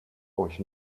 euch